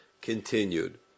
continued